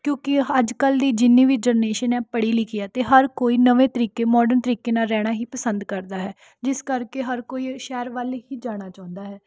ਕਿਉਂਕਿ ਅੱਜ ਕੱਲ੍ਹ ਦੀ ਜਿੰਨੀ ਵੀ ਜਨਰੇਸ਼ਨ ਹੈ ਉਹ ਪੜ੍ਹੀ ਲਿਖੀ ਹੈ ਅਤੇ ਹਰ ਕੋਈ ਨਵੇਂ ਤਰੀਕੇ ਮੌਡਰਨ ਤਰੀਕੇ ਨਾਲ ਰਹਿਣਾ ਹੀ ਪਸੰਦ ਕਰਦਾ ਹੈ ਜਿਸ ਕਰਕੇ ਹਰ ਕੋਈ ਸ਼ਹਿਰ ਵੱਲ ਹੀ ਜਾਣਾ ਚਾਹੁੰਦਾ ਹੈ